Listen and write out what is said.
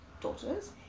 daughters